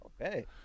Okay